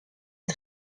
une